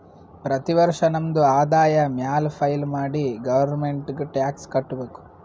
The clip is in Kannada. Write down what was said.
ಪ್ರತಿ ವರ್ಷ ನಮ್ದು ಆದಾಯ ಮ್ಯಾಲ ಫೈಲ್ ಮಾಡಿ ಗೌರ್ಮೆಂಟ್ಗ್ ಟ್ಯಾಕ್ಸ್ ಕಟ್ಬೇಕ್